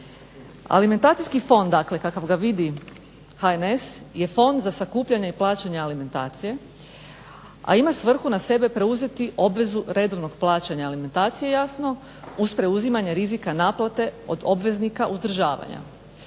Alimentacijski fond dakle kakav ga vidi HNS je fond za sakupljanje i plaćanje alimentacije, a ima svrhu na sebe preuzeti obvezu redovnog plaćanja alimentacije jasno uz preuzimanje rizika naplate od obveznika uzdržavanja